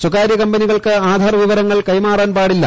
സ്വകാര്യ കമ്പനികൾക്ക് ആധാർ വിവരങ്ങൾ കൈമാറാൻ പാടില്ല